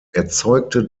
erzeugte